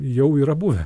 jau yra buvę